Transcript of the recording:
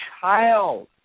child